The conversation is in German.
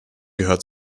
gehört